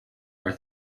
are